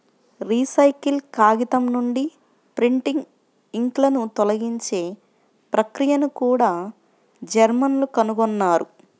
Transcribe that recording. recycle కాగితం నుండి printing ఇంక్లను తొలగించే ప్రక్రియను కూడా జర్మన్లు కనుగొన్నారు